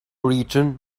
written